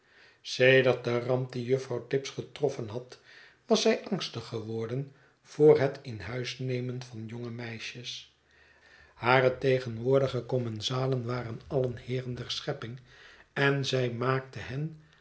sedert de ramp die juffrouw tibbs getroffen had was zij angstig geworden voor het in huis nemen van jonge meisjes haar tegenwoordige commensalen waren alien heeren der schepping en zij maakte hen